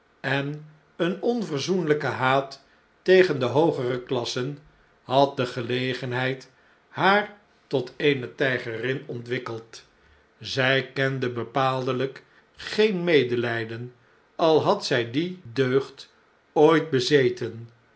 en een onverzoenljjken haat tegen de hoogere klassen had de gelegenheid haar tot eene tjjgerin ontwikkeld zjj kende bepaaldelijk geen medelflden al had zjj die deugd ooit bezeten